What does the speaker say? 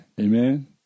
amen